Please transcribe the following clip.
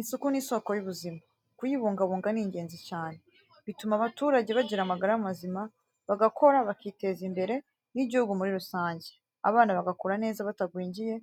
Isuku ni isoko y'ubuzima. Kuyibungabunga ni ingenzi cyane, bituma abaturage bagira amagara mazima, bagakora bakiteza imbere n'igihugu muri rusange, abana bagakura neza batagwingiye,